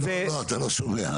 לא, אתה לא שומע.